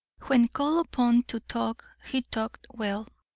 when called upon to talk, he talked well,